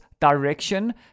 direction